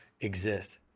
exist